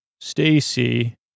Stacy